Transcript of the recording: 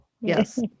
yes